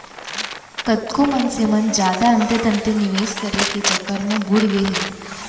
कतको मनसे मन जादा अंते तंते निवेस करई के चक्कर म बुड़ गए हे